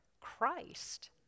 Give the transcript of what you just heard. Christ